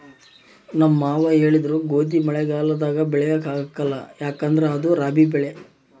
ನಮ್ ಮಾವ ಹೇಳಿದ್ರು ಗೋದಿನ ಮಳೆಗಾಲದಾಗ ಬೆಳ್ಯಾಕ ಆಗ್ಕಲ್ಲ ಯದುಕಂದ್ರ ಅದು ರಾಬಿ ಬೆಳೆ